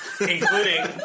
including